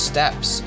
Steps